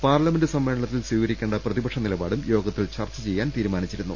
parliament സമ്മേള നത്തിൽ സ്വീകരിക്കേണ്ട പ്രതിപക്ഷ നിലപാടും യോഗത്തിൽ ചർച്ച ചെയ്യാൻ തീരുമാനിച്ചിരുന്നു